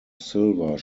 silver